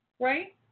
Right